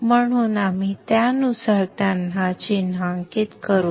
म्हणून आपण त्यानुसार त्यांना चिन्हांकित करू